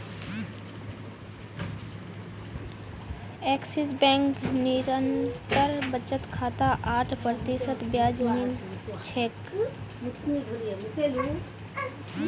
axis bank निरंतर बचत खातात आठ प्रतिशत ब्याज मिल छेक